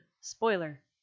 Spoiler